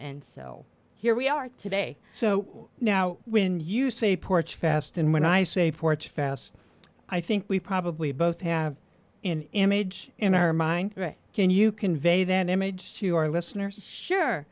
and so here we are today so now when you say ports fast and when i say ports fast i think we probably both have in image in our mind can you convey that image to our listeners sure